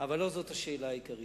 אבל לא זאת השאלה העיקרית.